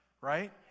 right